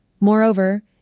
Moreover